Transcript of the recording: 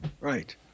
Right